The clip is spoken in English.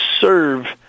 serve